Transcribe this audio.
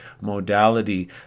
modality